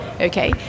okay